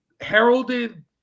heralded